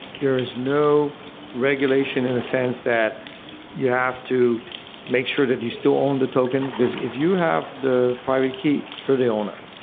there is no regulation in a sense that you have to make sure that you still own the token, because if you have the private key, you're the owner.